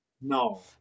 No